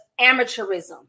amateurism